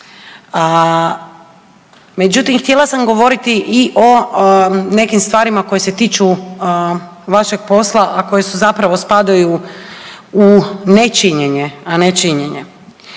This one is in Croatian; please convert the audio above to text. Međutim, htjela sam govoriti i o nekim stvarima koje se tiču vašeg posla a koje zapravo spadaju u nečinjenje a ne činjenje.